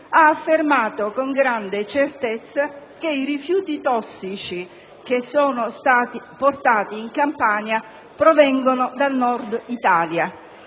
ha affermato con grande certezza che i rifiuti tossici portati in Campania provengono dal Nord-Italia.